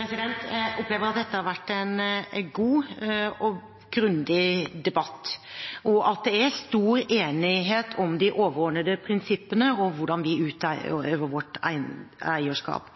Jeg opplever at dette har vært en god og grundig debatt, og at det er stor enighet om de overordnede prinsippene for hvordan vi utøver vårt eierskap.